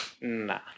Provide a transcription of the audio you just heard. Nah